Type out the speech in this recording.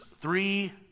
three